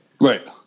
right